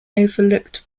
overlooked